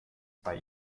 bei